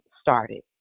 started